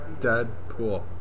Deadpool